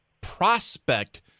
prospect